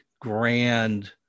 grand